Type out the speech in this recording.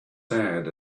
sad